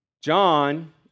John